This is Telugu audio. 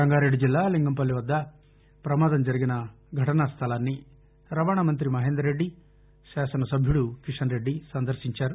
రంగారెడ్డి జిల్లా లింగంపల్లి వద్ద ప్రమాదం జరిగిన ఘటనా స్లలాన్ని రవాణామంతి మహేందర్రెడ్డి శాసనసభ్యుడు కిషన్రెడ్డి సందర్భించారు